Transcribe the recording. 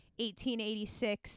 1886